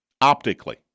Optically